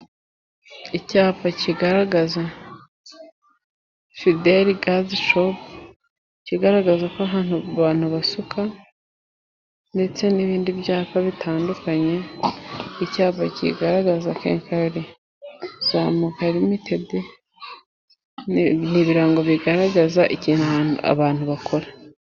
Icyapa kigaragaza fideli gazi shopu, kigaragaza ko ahantu bantu basuka ndetse n'ibindi byapa bitandukanye. Icyapa kigaragaza kenkayori zamuka limitedi ni ibirango bigaragaza igihano abantu bakora.